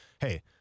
hey